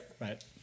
Right